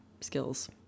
skills